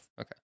Okay